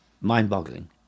mind-boggling